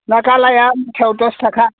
मा दा लाइआ मुथायाव दस थाखा